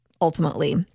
ultimately